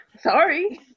Sorry